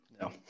No